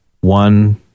one